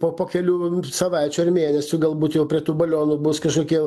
po po kelių savaičių ar mėnesių galbūt jau prie tų balionų bus kažkokie